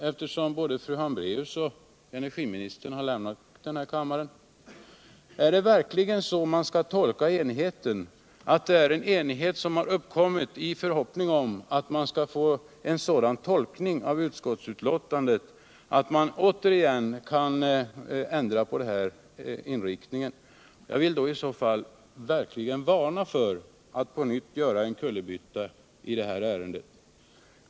Eftersom både fru Hambracus och energiministern har lämnat kammaren vill jag gärna fråga Rune Ångström: Skall man verkligen uppfatta cenigheten så, att den har uppkommit i förhoppning om att man skall få en sådan tolkning av utskottsbetänkandet att man återigen kan ändra på inriktningen? I så fall vill jag verkligen varna för att på nytt göra en kullerbytta i detta ärende.